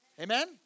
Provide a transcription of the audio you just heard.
amen